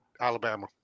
Alabama